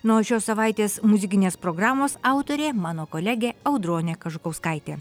na o šios savaitės muzikinės programos autorė mano kolegė audronė kažukauskaitė